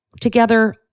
together